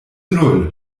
null